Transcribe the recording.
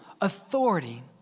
authority